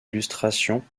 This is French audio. illustrations